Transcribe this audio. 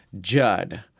Judd